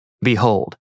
behold